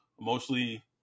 emotionally